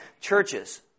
churches